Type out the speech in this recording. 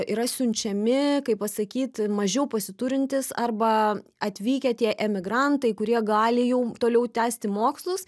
yra siunčiami kaip pasakyt mažiau pasiturintys arba atvykę tie emigrantai kurie gali jau toliau tęsti mokslus